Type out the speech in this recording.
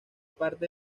parte